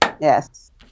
Yes